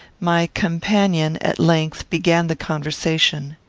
my companion, at length, began the conversation